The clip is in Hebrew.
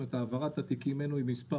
זאת אומרת: העברת התיקים ממנו היא במספר